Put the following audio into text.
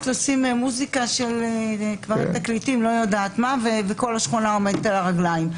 לשים מוזיקה וכל השכונה עומדת על הרגליים.